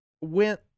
went